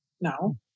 No